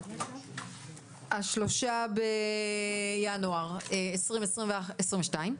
היום 3 בינואר 2022,